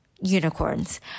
unicorns